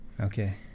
okay